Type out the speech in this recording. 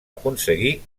aconseguir